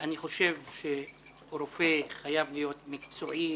אני חושב שרופא חייב להיות מקצועי